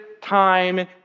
time